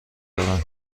دارم